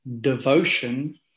devotion